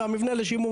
והמבנה לשימור,